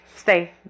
Stay